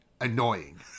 annoying